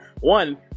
One